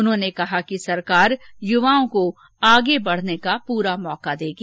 उन्होंने कहा कि सरकार युवाओं का आगे बढने का पूरा मौका देगी